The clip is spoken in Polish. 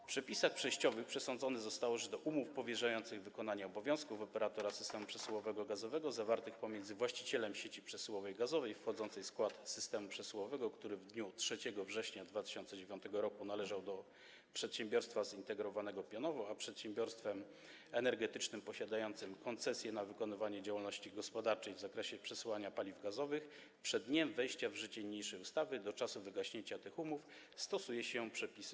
W przepisach przejściowych przesądzone zostało, że do umów powierzających wykonanie obowiązków operatora systemu przesyłowego gazowego zawartych pomiędzy właścicielem sieci przesyłowej gazowej wchodzącej w skład systemu przesyłowego, który w dniu 3 września 2009 r. należał do przedsiębiorstwa zintegrowanego pionowo, a przedsiębiorstwem energetycznym posiadającym koncesję na wykonywanie działalności gospodarczej w zakresie przesyłania paliw gazowych, przed dniem wejścia w życie niniejszej ustawy do czasu wygaśnięcia tych umów stosuje się przepisy